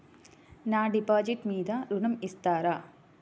నా డిపాజిట్ మీద ఋణం ఇస్తారా?